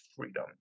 freedom